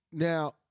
Now